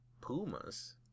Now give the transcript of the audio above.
Pumas